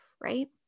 right